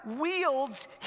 wields